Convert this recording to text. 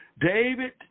David